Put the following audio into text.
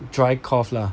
dry cough lah